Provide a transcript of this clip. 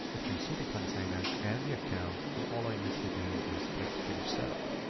it can see the container and the account. and all i need to do is click finish setup.